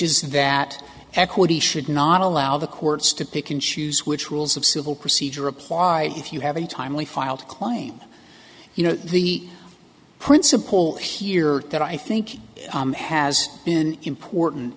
is that equity should not allow the courts to pick and choose which rules of civil procedure apply if you have a timely filed claim you know the principle here that i think has been important